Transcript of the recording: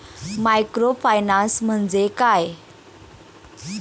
Microfinance म्हणजे काय?